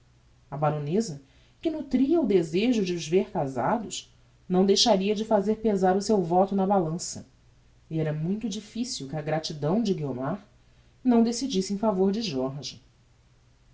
a baroneza que nutria o desejo de os ver casados não deixaria de fazer pezar o seu voto na balança e era muito difficil que a gratidão de guiomar não decidisse am favor de jorge